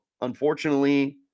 unfortunately